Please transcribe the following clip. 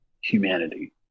humanity